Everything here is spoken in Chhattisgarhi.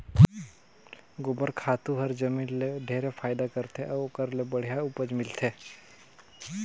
गोबर खातू हर जमीन ल ढेरे फायदा करथे अउ ओखर ले बड़िहा उपज मिलथे